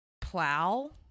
plow